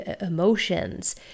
emotions